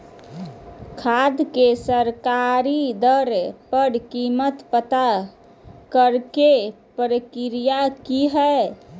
खाद के सरकारी दर पर कीमत पता करे के प्रक्रिया की हय?